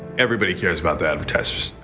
everybody cares about the advertisers.